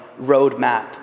roadmap